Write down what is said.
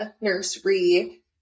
nursery